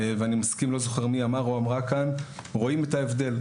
כמו שנאמר כאן, רואים את ההבדל.